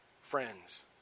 friends